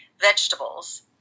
vegetables